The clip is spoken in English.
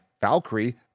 Valkyrie